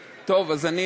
טוב, אז אני